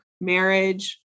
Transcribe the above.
marriage